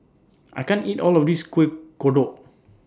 I can't eat All of This Kueh Kodok